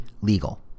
legal